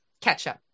ketchup